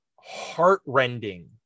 heartrending